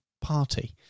Party